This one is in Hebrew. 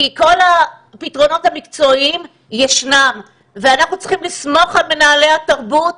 כי כל הפתרונות המקצועיים ישנם ואנחנו צריכים לסמוך על מנהלי התרבות.